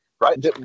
right